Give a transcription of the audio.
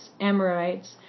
Amorites